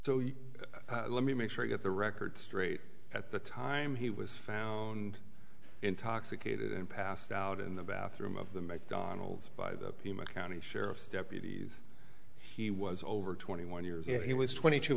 you let me make sure you have the record straight at the time he was found intoxicated and passed out in the bathroom of the mcdonald's by the pima county sheriff's deputies he was over twenty one years and he was twenty two